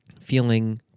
feeling